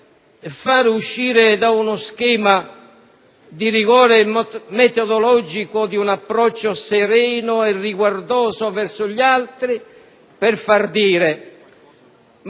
per fare uscire da uno schema di rigore metodologico di un approccio sereno e riguardoso verso gli altri e far dire: